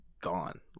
gone